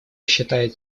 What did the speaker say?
считает